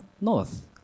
north